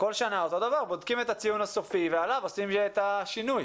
כל שנה בודקים את הציון הסופי ועליו מחילים את השקלול.